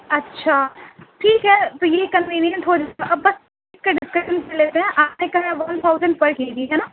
اچھا ٹھیک ہے تو یہ کنوینئینٹ ہو جائے اب بس اس کا ڈسکانٹ لینا ہیں آپ نے کہا ہے ون تھاؤزینڈ پر کے جی ہے نا